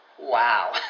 wow